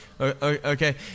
Okay